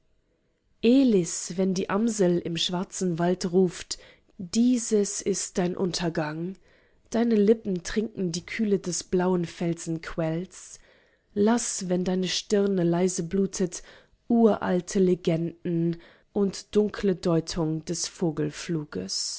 elis wenn die amsel im schwarzen wald ruft dieses ist dein untergang deine lippen trinken die kühle des blauen felsenquells laß wenn deine stirne leise blutet uralte legenden und dunkle deutung des